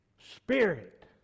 spirit